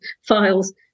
files